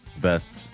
best